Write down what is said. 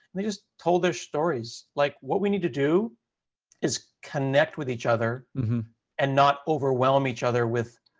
and they just told their stories. like, what we need to do is connect with each other and not overwhelm each other with